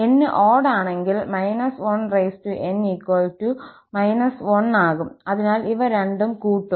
𝑛 odd ആണെങ്കിൽ −1𝑛−1 ആകും അതിനാൽ ഇവ രണ്ടും കൂട്ടും